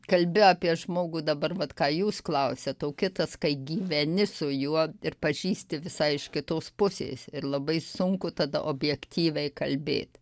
kalbi apie žmogų dabar vat ką jūs klausiat kitas kai gyveni su juo ir pažįsti visai iš kitos pusės ir labai sunku tada objektyviai kalbėt